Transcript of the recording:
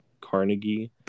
Carnegie